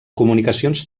comunicacions